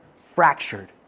fractured